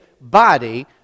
body